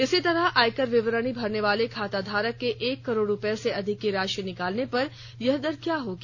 इसी तरह आयकर विवरणी भरने वाले खाताधारक के एक करोड़ रुपये से अधिक की राशि निकालने पर यह दर क्या होगी